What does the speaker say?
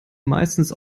meistens